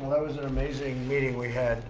was an amazing meeting we had